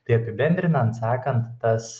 tai apibendrinant sakant tas